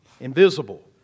invisible